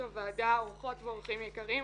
הוועדה, אורחות ואורחים יקרים,